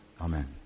Amen